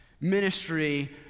Ministry